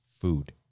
food